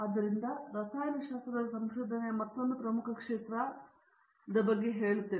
ಆದ್ದರಿಂದ ರಸಾಯನಶಾಸ್ತ್ರದ ಸಂಶೋಧನೆಯ ಮತ್ತೊಂದು ಪ್ರಮುಖ ಕ್ಷೇತ್ರವಾಗಿದೆ ನಾನು ಸಾಮಾನ್ಯ ವಿಜ್ಞಾನವನ್ನು ಹೇಳುತ್ತೇನೆ